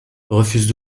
refusent